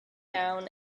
down